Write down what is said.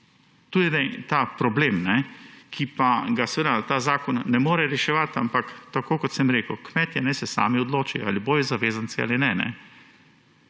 Tukaj je ta problem, ki pa ga seveda ta zakon ne more reševati, ampak tako kot sem rekel, kmetje naj se sami odločijo, ali bodo zavezanci ali ne.